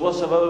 בשבוע שעבר,